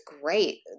great